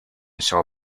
saw